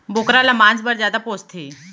बोकरा ल मांस पर जादा पोसथें